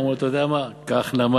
אמרו לו: אתה יודע מה, קח נמל.